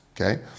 okay